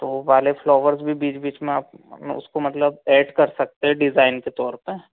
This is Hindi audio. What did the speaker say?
तो बाले फ्लोवर्ज में बीच बीच में आप मने उसको मतलब ऐड कर सकते हैं डिज़ाइन के तौर पर